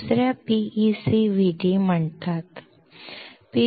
दुसऱ्याला PECVD म्हणतात